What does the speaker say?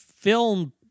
film